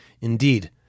indeed